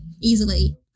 easily